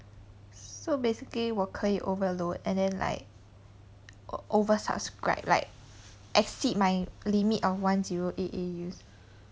so basically 我可以 overload and then like oversubscribe like exceed my limit of one zero eight A_Us